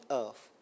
earth